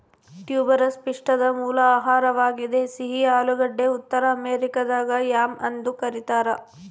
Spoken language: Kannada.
ಟ್ಯೂಬರಸ್ ಪಿಷ್ಟದ ಮೂಲ ಆಹಾರವಾಗಿದೆ ಸಿಹಿ ಆಲೂಗಡ್ಡೆ ಉತ್ತರ ಅಮೆರಿಕಾದಾಗ ಯಾಮ್ ಎಂದು ಕರೀತಾರ